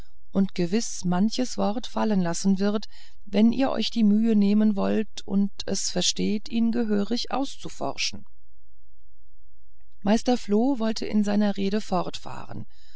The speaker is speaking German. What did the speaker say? und gewiß manches wort fallen lassen wird wenn ihr euch die mühe nehmen wollt und es versteht ihn gehörig auszuforschen meister floh wollte in seiner rede fortfahren